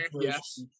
yes